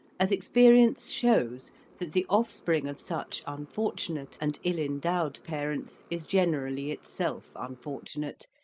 as experience shows that the offspring of such unfortunate and ill-endowed parents is generally itself unfortunate,